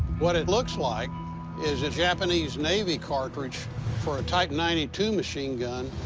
what it looks like is a japanese navy cartridge for a type ninety two machine gun.